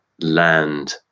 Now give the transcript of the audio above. land